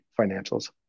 financials